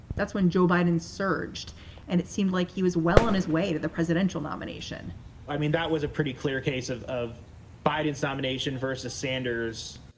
that's when joe biden surged and it seemed like he was well on his way to the presidential nomination i mean, that was a pretty clear case of of biden's nomination versus sanders,